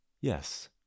Yes